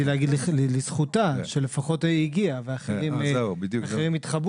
רציתי להגיד לזכותה שהיא לפחות הגיעה ואחרים התחבאו,